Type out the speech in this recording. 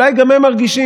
אולי גם הם מרגישים